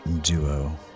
duo